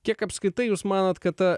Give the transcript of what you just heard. kiek apskritai jūs manot kad ta